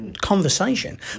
Conversation